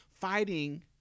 fighting